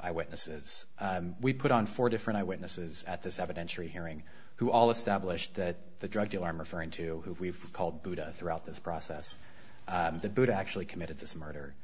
eyewitnesses we put on four different eye witnesses at this evidence three hearing who all established that the drug dealer i'm referring to who we've called buddha throughout this process the buddha actually committed this murder